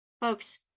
Folks